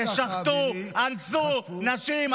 ששחטו, אנסו נשים.